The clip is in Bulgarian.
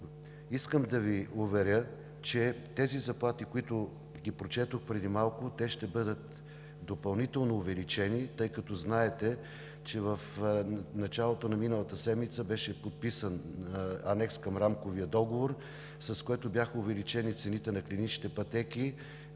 Искам да Ви уверя, че тези заплати, които прочетох преди малко, ще бъдат допълнително увеличени, тъй като знаете, че в началото на миналата седмица беше подписан Анекс към Рамковия договор, с който бяха увеличени цените на голям брой клинични пътеки,